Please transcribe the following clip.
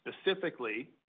specifically